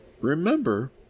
remember